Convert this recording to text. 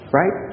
right